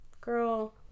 girl